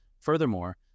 Furthermore